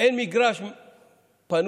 אין מגרש פנוי